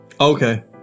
Okay